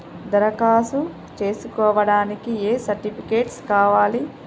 దరఖాస్తు చేస్కోవడానికి ఏ సర్టిఫికేట్స్ కావాలి?